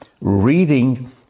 reading